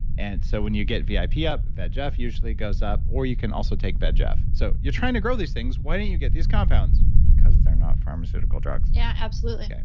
and so when you get vip yeah up, vegf usually goes up or you can also take vegf. so you're trying to grow these things. why don't you get these compounds? because they're not pharmaceutical drugs yeah, absolutely okay.